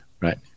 Right